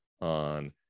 on